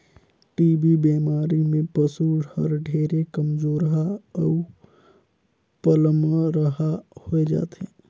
TB बेमारी में पसु हर ढेरे कमजोरहा अउ पलमरहा होय जाथे